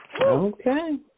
Okay